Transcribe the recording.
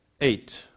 Eight